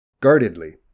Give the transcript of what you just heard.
Guardedly